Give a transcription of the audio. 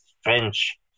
French